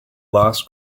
lost